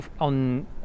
on